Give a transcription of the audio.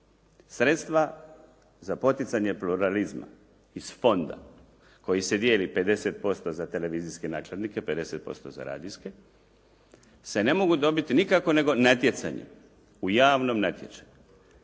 Sredstva za poticanje pluralizma iz fonda koji se dijeli 50% za televizijske nakladnike, 50% za radijske se ne mogu dobiti nikako nego natjecanjem u javnom natječaju